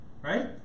Right